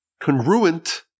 congruent